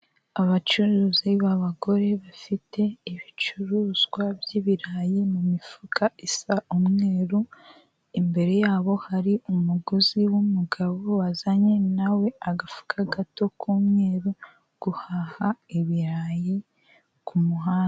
Abacuruzi b'abagore bafite ibicuruzwa by'ibirayi mu mifuka isa umweru imbere yabo hari umuguzi w'umugabo wazanye nawe agafuka gato k'umweru guhaha ibirayi ku muhanda.